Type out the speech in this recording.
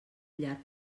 llarg